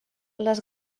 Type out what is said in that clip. les